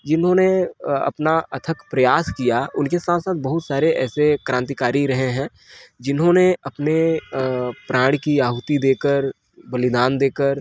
जिन्होंने अ अपना अथक प्रयास किया उनके साथ साथ बहुत सारे ऐसे क्रांतिकारी रहे हैं जिन्होंने अपने अ प्राण की आहुति देकर बलिदान देकर